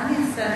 מה אני אעשה?